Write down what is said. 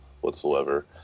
whatsoever